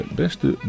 beste